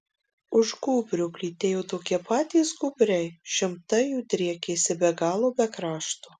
už gūbrio plytėjo tokie patys gūbriai šimtai jų driekėsi be galo be krašto